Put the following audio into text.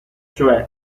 cioè